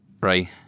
Right